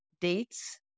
dates